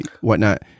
whatnot